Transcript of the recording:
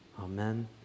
Amen